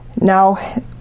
Now